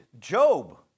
Job